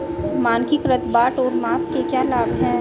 मानकीकृत बाट और माप के क्या लाभ हैं?